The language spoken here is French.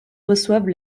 reçoivent